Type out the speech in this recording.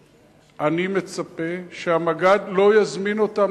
מצפה: אני מצפה שהמג"ד לא יזמין אותם